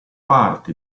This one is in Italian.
parte